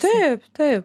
taip taip